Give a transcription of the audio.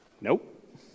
Nope